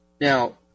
Now